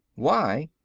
why?